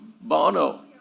Bono